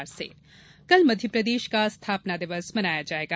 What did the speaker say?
मध्यप्रदेश स्थापना दिवस कल मध्यप्रदेश का स्थापना दिवस मनाया जायेगा